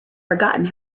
forgotten